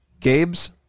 Gabe's